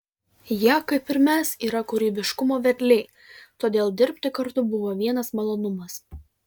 jie kaip ir mes yra kūrybiškumo vedliai todėl dirbti kartu buvo vienas malonumas